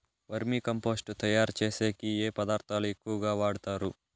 వర్మి compost తయారుచేసేకి ఏ పదార్థాలు ఎక్కువగా వాడుతారు